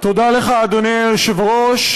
תודה לך, אדוני היושב-ראש,